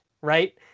right